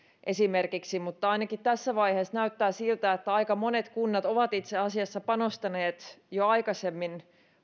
mutta ainakin tässä vaiheessa näyttää siltä että aika monet kunnat ovat itse asiassa panostaneet jo aikaisemmin